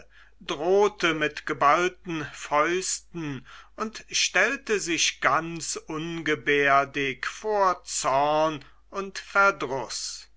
drohte mit geballten fäusten und stellte sich ganz ungebärdig vor zorn und verdruß